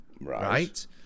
Right